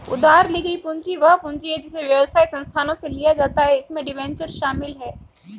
उधार ली गई पूंजी वह पूंजी है जिसे व्यवसाय संस्थानों से लिया जाता है इसमें डिबेंचर शामिल हैं